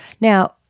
Now